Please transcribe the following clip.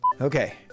Okay